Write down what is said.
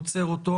אני עוצר אותו,